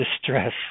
distress